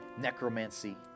necromancy